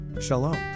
Shalom